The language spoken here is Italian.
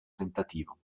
tentativo